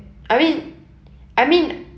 I mean I mean